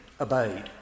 obeyed